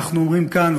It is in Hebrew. אנחנו אומרים כאן,